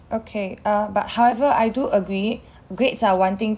okay uh but however I do agree grades are one thing